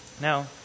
Now